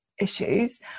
issues